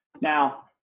Now